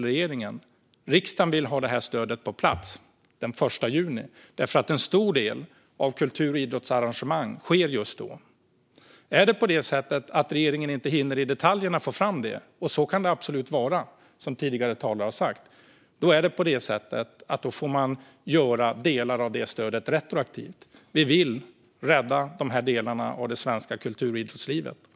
Riksdagen vill ha det här stödet på plats den 1 juni. Många kultur och idrottsarrangemang sker nämligen just då. Om regeringen inte hinner få fram detaljerna - så kan det absolut vara, vilket tidigare talare har sagt - får man göra delar av stödet retroaktivt. Vi vill rädda de här delarna och det svenska kultur och idrottslivet.